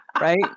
Right